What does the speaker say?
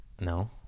No